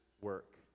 work